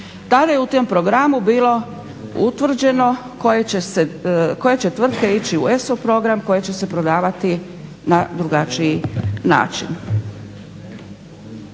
… je u tom programu bilo utvrđeno koje će tvrtke ići u ESOP program koje će se prodavati na drugačiji način.